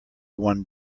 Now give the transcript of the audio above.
one